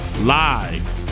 live